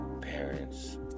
parents